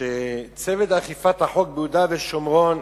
שצוות אכיפת החוק ביהודה ושומרון